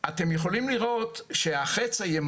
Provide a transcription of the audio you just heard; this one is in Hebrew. מי עושה את זה?